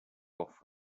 off